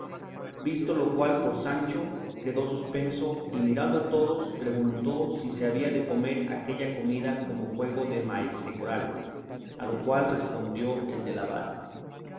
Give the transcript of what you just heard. visto lo cual por sancho quedó suspenso y mirando a todos preguntó si se había de comer aquella comida como juego de maesecoral a lo cual respondió el de la vara